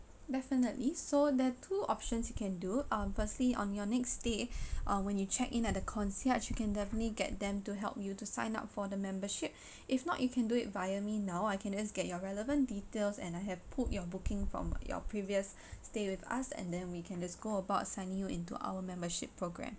definitely so there are two options you can do uh firstly on your next stay uh when you check in at the concierge you can definitely get them to help you to sign up for the membership if not you can do it via me now I can just get your relevant details and I have put your booking from your previous stay with us and then we can just go about send you into our membership program